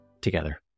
together